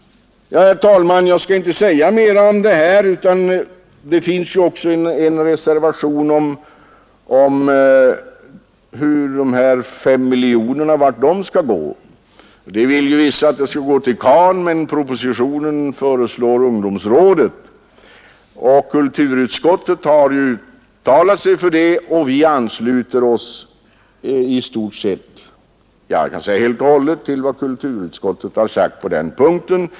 I en reservation behandlas frågan om vart informationsanslaget på 5 miljoner kronor skall gå. Från visst håll hävdas att beloppet skall gå till CAN, men propositionen föreslår ungdomsrådet. Kulturutskottet har uttalat sig för detta, och vi ansluter oss helt och hållet till vad kulturutskottet har sagt på den punkten.